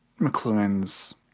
McLuhan's